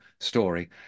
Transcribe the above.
story